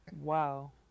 Wow